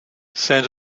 santa